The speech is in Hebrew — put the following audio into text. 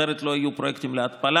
אחרת לא יהיו פרויקטים להתפלה,